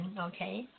okay